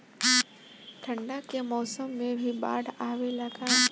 ठंडा के मौसम में भी बाढ़ आवेला का?